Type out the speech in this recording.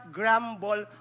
grumble